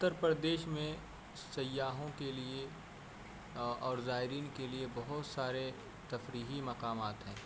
اتر پردیش میں سیاحوں کے لیے اور زائرین کے لیے بہت سارے تفریحی مقامات ہیں